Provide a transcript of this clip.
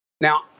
Now